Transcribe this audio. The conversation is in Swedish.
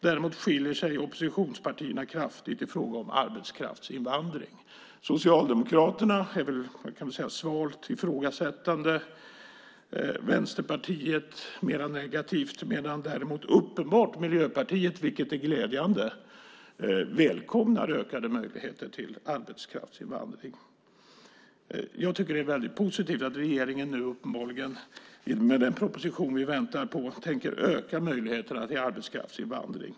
Däremot skiljer sig oppositionspartierna kraftigt i fråga om arbetskraftsinvandring. Socialdemokraterna är svalt ifrågasättande, Vänsterpartiet mer negativt medan däremot Miljöpartiet uppenbart, vilket är glädjande, välkomnar ökade möjligheter till arbetskraftsinvandring. Det är väldigt positivt att regeringen nu uppenbarligen med den proposition vi väntar på tänker öka möjligheterna till arbetskraftsinvandring.